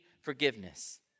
forgiveness